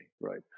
Right